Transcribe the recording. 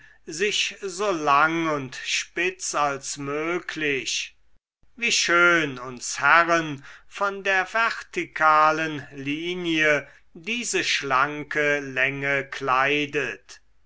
sich so lang und spitz als möglich wie schön uns herren von der vertikalen linie diese schlanke länge kleidet